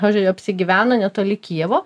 pavyzdžiui apsigyvena netoli kijevo